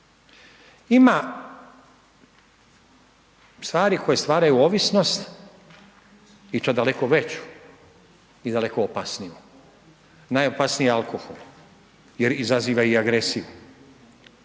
Ima stvari koje stvaraju ovisnost i to daleko veću i daleko opasniju, najopasniji je alkohol jer izaziva i agresiju.